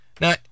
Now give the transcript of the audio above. Now